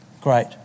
Great